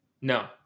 No